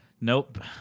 Nope